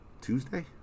Tuesday